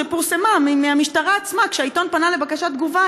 שפורסמה מהמשטרה עצמה כשהעיתון פנה לבקשת תגובה,